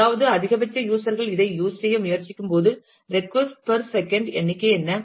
அதாவது அதிகபட்ச யூஸர் கள் இதைப் யூஸ் செய்ய முயற்சிக்கும்போது ரெட்கொஸ்ட் பெர் செகண்ட் எண்ணிக்கை என்ன